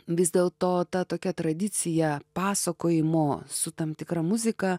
vis dėlto ta tokia tradicija pasakojimo su tam tikra muzika